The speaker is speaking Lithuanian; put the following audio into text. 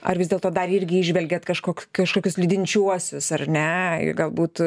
ar vis dėlto dar irgi įžvelgiate kažkokių kažkokius lydinčiuosius ar ne galbūt